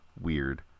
weird